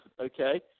okay